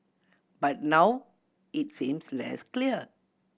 but now it seems less clear